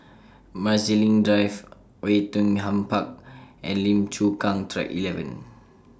Marsiling Drive Oei Tiong Ham Park and Lim Chu Kang Track eleven